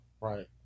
Right